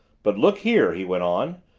but look here, he went on,